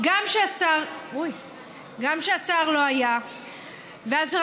גם שהשר לא היה ואז,